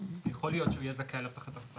אז יכול להיות שהוא יהיה זכאי להבטחת הכנסה